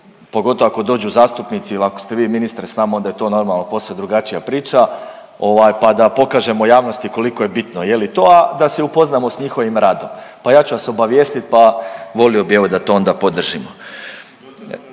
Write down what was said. pogotovo ako dođu zastupnici ili ako ste vi ministre s nama onda je to normalno posve drugačija priča pa da pokažemo javnosti koliko je bitno, a da se upoznamo s njihovim radom, pa ja ću vas obavijestit pa volio bi evo da to onda podržimo.